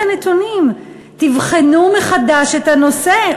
תבחנו מחדש את הנושא,